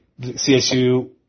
CSU